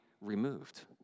removed